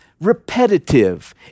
repetitive